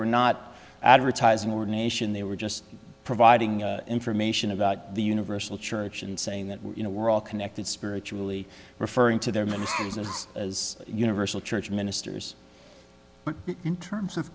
were not advertising ordination they were just providing information about the universal church and saying that you know we're all connected spiritually referring to their ministries as as universal church ministers but in terms of